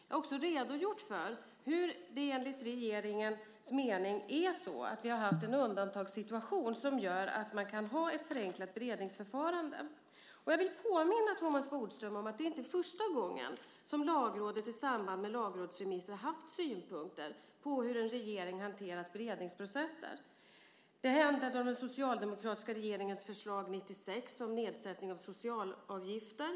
Jag har också redogjort för hur vi enligt regeringens mening har haft en undantagssituation som gör att man kan ha ett förenklat beredningsförfarande. Jag vill påminna Thomas Bodström om att det inte är första gången som Lagrådet i samband med lagrådsremisser har haft synpunkter på hur en regering har hanterat beredningsprocesser. Det hände med den socialdemokratiska regeringens förslag 1996 om nedsättning av socialavgifter.